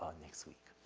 um next week.